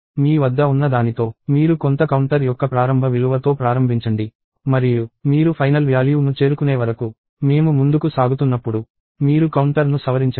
మీ వద్ద ఉన్న దానితో మీరు కొంత కౌంటర్ యొక్క ప్రారంభ విలువ తో ప్రారంభించండి మరియు మీరు ఫైనల్ వ్యాల్యూ ను చేరుకునే వరకు మేము ముందుకు సాగుతున్నప్పుడు మీరు కౌంటర్ను సవరించండి